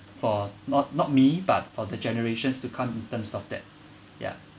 for not not me but for the generations to come in terms of that yeah